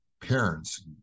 parent's